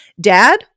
Dad